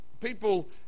People